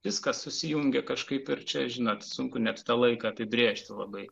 viskas susijungia kažkaip ir čia žinot sunku net tą laiką apibrėžti labai